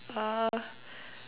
uh